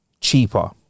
cheaper